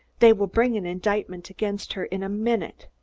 they will bring an indictment against her in a minute.